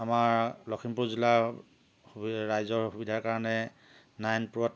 আমাৰ লখিমপুৰ জিলাৰ সুবি ৰাইজৰ সুবিধাৰ কাৰণে নাৰায়ণপুৰত